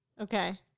Okay